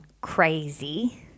Crazy